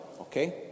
Okay